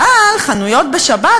אבל חנויות בשבת,